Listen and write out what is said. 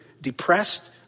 depressed